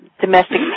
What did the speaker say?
domestic